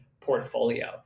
portfolio